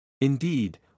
Indeed